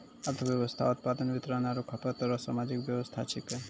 अर्थव्यवस्था उत्पादन वितरण आरु खपत रो सामाजिक वेवस्था छिकै